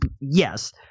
Yes